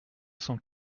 cent